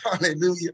Hallelujah